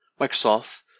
microsoft